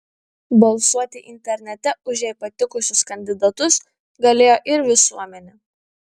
balsuoti internete už jai patikusius kandidatus galėjo ir visuomenė